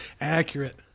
Accurate